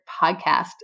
podcast